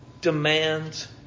demands